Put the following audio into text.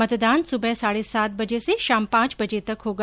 मतदान सुबह साढे सात बजे से शाम पांच बजे तक होगा